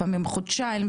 לפעמים חודשיים,